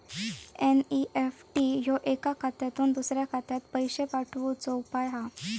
NEFT ह्यो एका खात्यातुन दुसऱ्या खात्यात पैशे पाठवुचो उपाय हा